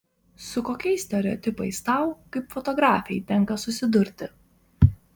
su kokiais stereotipais tau kaip fotografei tenka susidurti